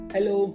Hello